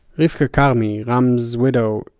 rivka karmi. ram's widow,